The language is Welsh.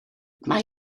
mae